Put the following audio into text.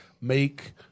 make